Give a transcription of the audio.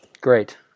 great